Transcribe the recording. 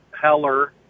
Heller